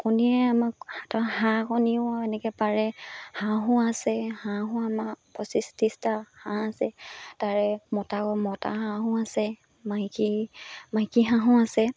কণীয়ে আমাক হাঁহ কণীও এনেকৈ পাৰে হাঁহো আছে হাঁহো আমাক পঁচিছ ত্ৰিছটা হাঁহ আছে তাৰে মতা মতা হাঁহো আছে মাইকী মাইকী হাঁহো আছে